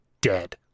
dead